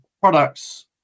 products